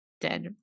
dead